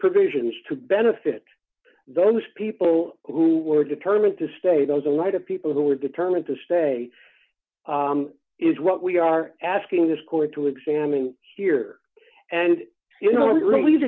provisions to benefit those people who were determined to stay there was a lot of people who were determined to stay is what we are asking this court to examine here and you know we really